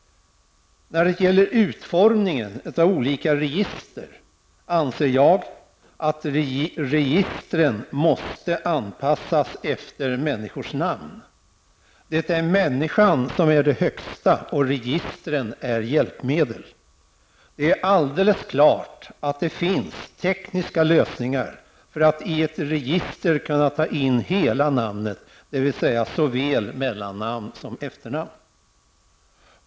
När det gäller utformningen av olika register anser jag att registren måste anpassas efter människors namn. Det är människan som är det högsta, och registren är hjälpmedel. Det är alldeles klart att det finns tekniska lösningar för att i ett register kunna ta in hela namnet, dvs. såväl mellannamn som efternamn.